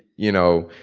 you know,